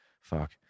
Fuck